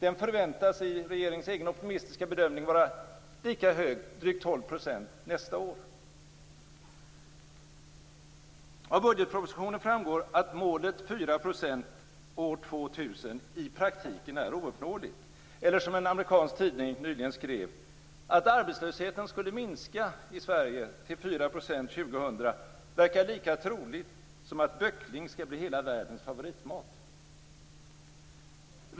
Den förväntas i regeringens egen optimistiska bedömning vara lika hög, drygt 12 2000 i praktiken är ouppnåeligt eller, som en amerikansk tidning nyligen skrev, att det verkar lika troligt att arbetslösheten i Sverige skulle minska till 4 % år 2000 som att böckling skall bli hela världens favoritmat.